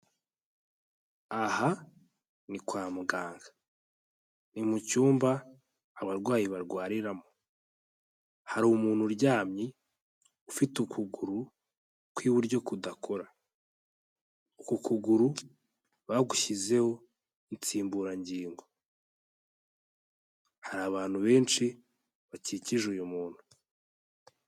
Aha ni kwa muganga, ni mu cyumba abarwayi barwariramo, hari umuntu uryamye ufite ukuguru ku iburyo kudakora, uku kuguru bagushyizeho insimburangingo, hari abantu benshi bakikije uyu muntu.